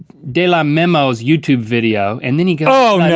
delaamemo's youtube video, and then you go.